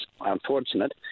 unfortunate